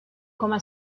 coma